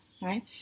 right